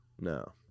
No